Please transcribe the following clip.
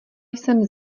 jsem